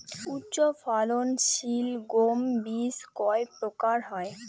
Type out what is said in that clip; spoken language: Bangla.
উচ্চ ফলন সিল গম বীজ কয় প্রকার হয়?